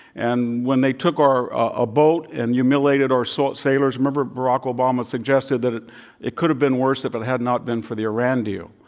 and when they took our a boat and humiliated our sailors, remember barack obama suggested that it it could have been worse if it had not been for the iran deal.